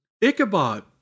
Ichabod